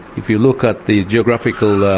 if you look at the geographical